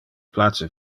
place